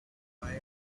why